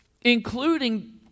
including